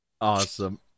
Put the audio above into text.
awesome